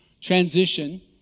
Transition